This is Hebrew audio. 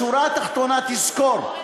בשורה התחתונה, תזכור,